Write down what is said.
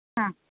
ಹಾಂ